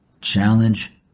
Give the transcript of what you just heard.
challenge